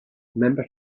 remember